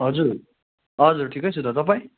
हजुर हजुर ठिकै छु त तपाईँ